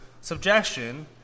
subjection